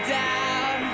down